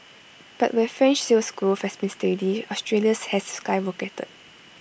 but where French Sales Growth has been steady Australia's has skyrocketed